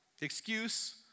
excuse